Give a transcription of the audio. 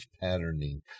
patterning